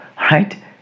Right